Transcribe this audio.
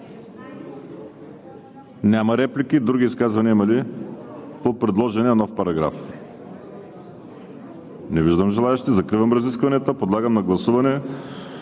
Няма реплики. Други изказвания има ли по предложения нов параграф? Не виждам желаещи. Закривам разискванията. Подлагам на гласуване